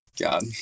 god